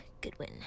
Goodwin